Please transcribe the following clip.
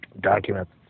documents